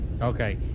Okay